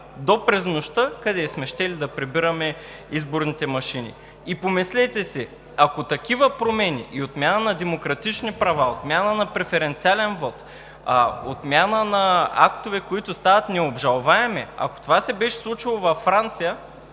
до през нощта, къде сме щели да прибираме изборните машини? И помислете си: ако такива промени и отмяна на демократични права, отмяна на преференциален вот, отмяна на актове, които стават необжалваеми, ако това се беше случило във Франция,